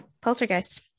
poltergeist